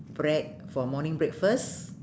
bread for morning breakfast